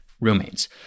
roommates